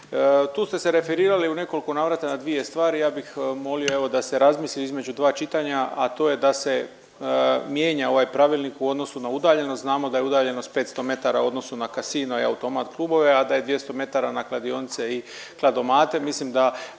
Tu ste se referirali u nekoliko navrata na dvije stvari. Ja bih molio evo da se razmisli između dva čitanja, a to je da se mijenja ovaj pravilnik u odnosu na udaljenost. Znamo da je udaljenost 500 metara u odnosu na casino i automat klubove, a da je 200 metara na kladionice i kladomate.